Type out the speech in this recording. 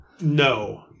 No